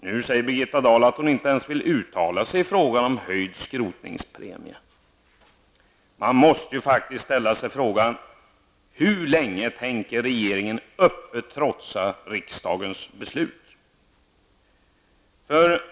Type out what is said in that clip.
Nu säger Birgitta Dahl att hon inte ens vill uttala sig i frågan om höjd skrotningspremie. Man måste ställa sig frågan: Hur länge tänker regeringen öppet trotsa riksdagens beslut?